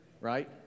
right